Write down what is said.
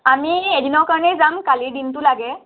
আমি এদিনৰ কাৰণেই যাম কালিৰ দিনটো লাগে